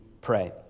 pray